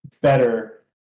better